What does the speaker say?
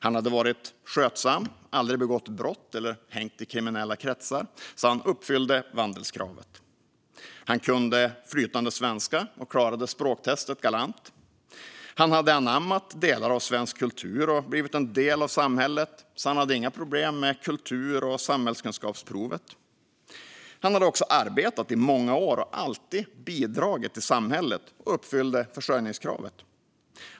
Han hade varit skötsam och aldrig begått brott eller hängt i kriminella kretsar, så han uppfyllde vandelskravet. Han kunde flytande svenska och klarade språktestet galant. Han hade anammat delar av svensk kultur och blivit en del av samhället, så han hade inga problem med kultur och samhällskunskapsprovet. Han hade också arbetat i många år, alltid bidragit till samhället och uppfyllde försörjningskravet.